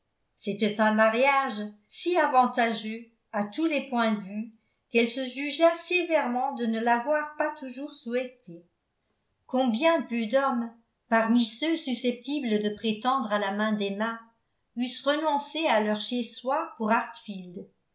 c'était un mariage ai avantageux à tous les points de vue qu'elle se jugea sévèrement de ne l'avoir pas toujours souhaité combien peu d'hommes parmi ceux susceptibles de prétendre à la main d'emma eussent renoncé à leur chez soi pour